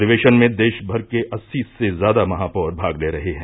अधिवेशन में देशमर के अस्सी से ज्यादा महापौर भाग ले रहे हैं